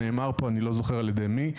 נאמר פה אני לא זוכר על ידי מי,